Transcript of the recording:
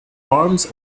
arms